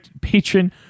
patron